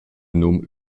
num